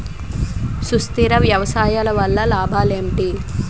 సుస్థిర వ్యవసాయం వల్ల లాభాలు ఏంటి?